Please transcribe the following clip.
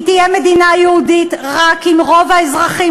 היא תהיה מדינה יהודית רק אם רוב האזרחים